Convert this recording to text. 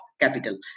capital